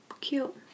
Cute